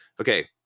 Okay